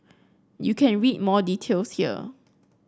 you can read more details here